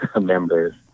members